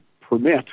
permit